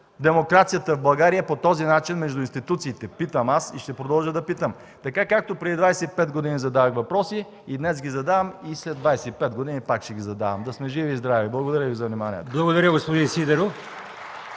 демокрацията в България по този начин между институциите? – питам аз и ще продължа да питам. Така, както преди 25 години задавах въпроси, и днес ги задавам, и след 25 години пак ще ги задавам! Да сме живи и здрави! Благодаря Ви за вниманието. (Ръкопляскания